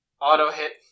Auto-hit